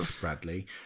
Bradley